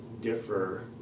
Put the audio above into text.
differ